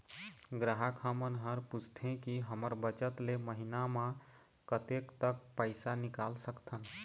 ग्राहक हमन हर पूछथें की हमर बचत ले महीना मा कतेक तक पैसा निकाल सकथन?